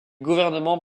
gouvernements